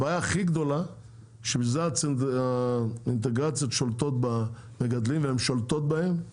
הבעיה הכי גדולה שזה האינטגרציות שולטות במגדלים והם שולטות בהם,